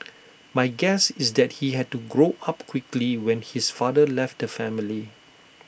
my guess is that he had to grow up quickly when his father left the family